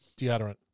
deodorant